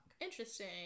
Interesting